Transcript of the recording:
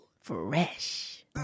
Fresh